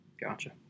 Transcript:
Gotcha